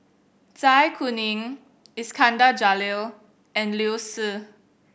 Zai Kuning Iskandar Jalil and Liu Si